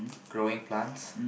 growing plants